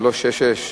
מס' 366,